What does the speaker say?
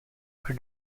are